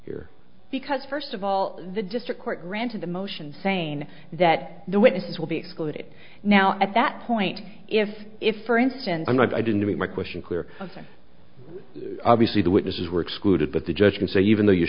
here because first of all the district court granted the motion saying that the witnesses will be excluded now at that point if if for instance i didn't do it my question clear of obviously the witnesses were excluded but the judge can say even though you